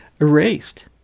erased